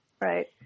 right